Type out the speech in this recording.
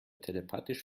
telepathisch